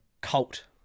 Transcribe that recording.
cult